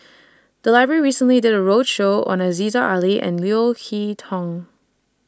The Library recently did A roadshow on Aziza Ali and Leo Hee Tong